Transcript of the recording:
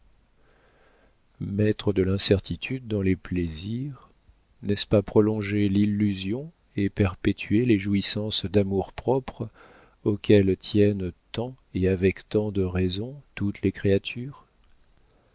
mettre de l'incertitude dans les plaisirs n'est-ce pas prolonger l'illusion et perpétuer les jouissances d'amour-propre auxquelles tiennent tant et avec tant de raison toutes les créatures